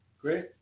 Great